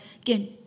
again